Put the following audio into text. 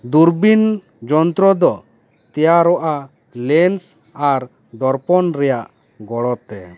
ᱫᱩᱨᱵᱤᱱ ᱡᱚᱱᱛᱨᱚ ᱫᱚ ᱛᱮᱭᱟᱨᱚᱜᱼᱟ ᱞᱮᱱᱥ ᱟᱨ ᱫᱚᱨᱯᱚᱱ ᱨᱮᱭᱟᱜ ᱜᱚᱲᱚᱛᱮ